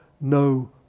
no